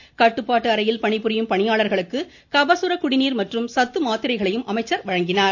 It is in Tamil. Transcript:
முன்னதாக கட்டுப்பாட்டு அறையில் பணிபுரியும் பணியாளர்களுக்கு கபசுர குடிநீர் மற்றும் சத்து மாத்திரைகளையும் அமைச்சர் வழங்கினார்